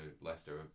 Leicester